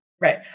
Right